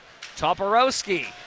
Toporowski